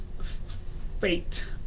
fate